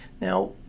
Now